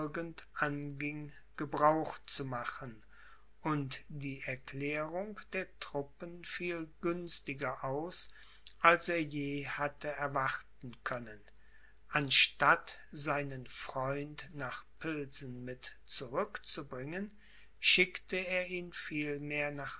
anging gebrauch zu machen und die erklärung der truppen fiel günstiger aus als er je hatte erwarten können anstatt seinen freund nach pilsen mit zurückzubringen schickte er ihn vielmehr nach